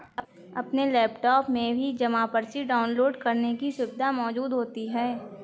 अपने लैपटाप में भी जमा पर्ची डाउनलोड करने की सुविधा मौजूद होती है